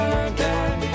again